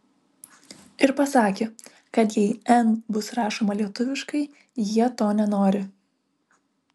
ir pasakė kad jei n bus rašoma lietuviškai jie to nenori